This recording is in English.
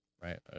Right